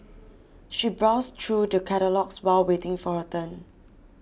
she browsed through the catalogues while waiting for her turn